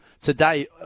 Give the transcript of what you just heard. Today